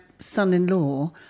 Son-in-law